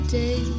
day